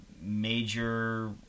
major